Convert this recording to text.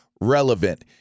relevant